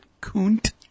Coont